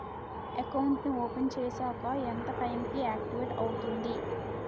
Account నీ open చేశాక ఎంత టైం కి ఆక్టివేట్ అవుతుంది?